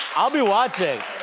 i'll be watching.